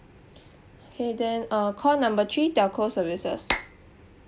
okay then uh call number three telco services